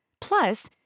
Plus